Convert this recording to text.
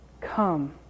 come